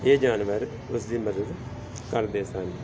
ਇਹ ਜਾਨਵਰ ਉਸ ਦੀ ਮਦਦ ਕਰਦੇ ਸਨ